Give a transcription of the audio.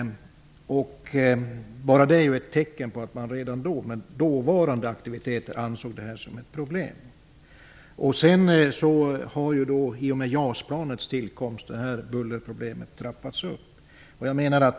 Bara det är ett tecken på att man redan då, med dåvarande aktiviteter, ansåg detta vara ett problem. I och med JAS-planets tillkomst har detta bullerproblem sedan trappats upp.